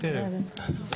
לכלום.